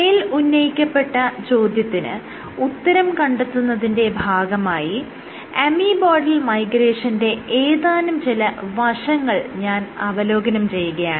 മേൽ ഉന്നയിക്കപ്പെട്ട ചോദ്യത്തിന് ഉത്തരം കണ്ടെത്തുന്നതിന്റെ ഭാഗമായി അമീബോയ്ഡൽ മൈഗ്രേഷന്റെ ഏതാനും ചില വശങ്ങൾ ഞാൻ അവലോകനം ചെയ്യുകയാണ്